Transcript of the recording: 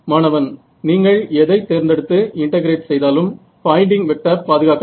மாணவன் நீங்கள் எதை தேர்ந்தெடுத்து இன்டெகிரேட் செய்தாலும் பாயின்டிங் வெக்டர் பாதுகாக்கப்படும்